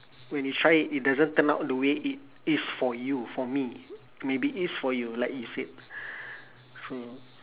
when you try it it doesn't turn out the way it is for you for me maybe it is for you like you said so